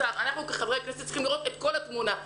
במשבר צריך להתנהל כמו במשבר.